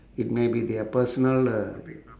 it maybe their personal uh